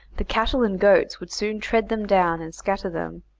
the cattle and goats would soon tread them down and scatter them,